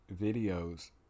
videos